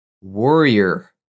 warrior